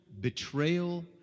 betrayal